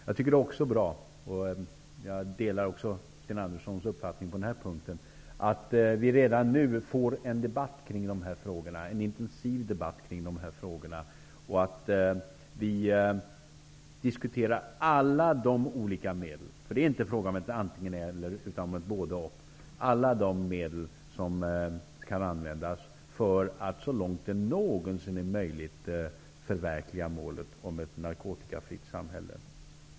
Vidare är det bra, jag delar alltså Sten Anderssons uppfattning också på denna punkt, att vi redan nu får en intensiv debatt i dessa frågor och att vi diskuterar alla de olika medel -- här är det inte fråga om antingen--eller, utan det är fråga om både-- och -- som kan användas för att så långt det någonsin är möjligt förverkliga målet, ett narkotikafritt samhälle.